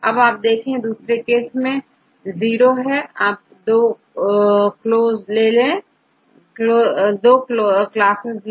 अब यदि आप देखें की दूसरे केस में 0 है आप 2 क्लासेज ले